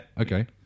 Okay